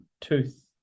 tooth